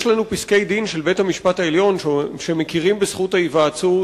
יש לנו פסקי-דין של בית-המשפט העליון שמכירים בזכות ההיוועצות